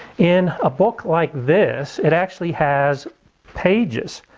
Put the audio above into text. in a book like this it actually has pages.